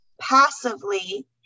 passively